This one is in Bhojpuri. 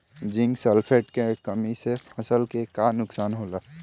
जिंक सल्फेट के कमी से फसल के का नुकसान होला?